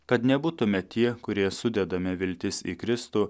kad nebūtume tie kurie sudedame viltis į kristų